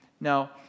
Now